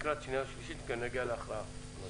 לקראת שנייה ושלישית נגיע להכרעה.